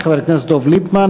חבר הכנסת דב ליפמן,